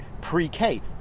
pre-K